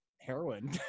heroin